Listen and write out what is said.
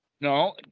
No